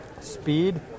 speed